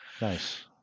Nice